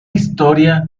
historia